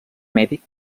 mèdic